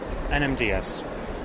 nmds